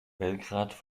belgrad